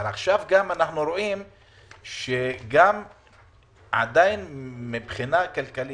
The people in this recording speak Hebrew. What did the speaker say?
אנחנו יודעים שיש שם עכשיו את כל הדרישות